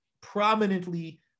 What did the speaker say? prominently